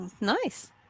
nice